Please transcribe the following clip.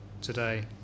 today